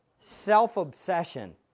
Self-obsession